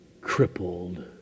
crippled